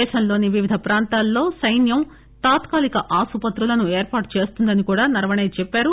దేశంలోని వివిధ ప్రాంతాలలో సైన్యం తాత్కాలిక ఆసుపత్రులను ఏర్పాటు చేస్తుందని కూడా నరవణే చెప్పారు